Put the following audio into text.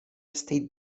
estate